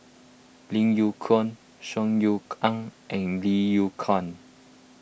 Lim Yew Kuan Saw Ean Ang and Lim Yew Kuan